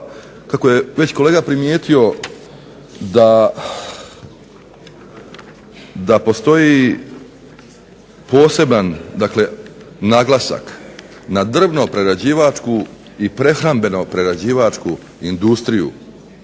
kako je već kolega primijetio da postoji poseban dakle naglasak na drvno-prerađivačku i prehrambeno-prerađivačku industriju